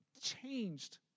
changed